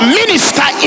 minister